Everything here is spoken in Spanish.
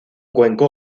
cuenco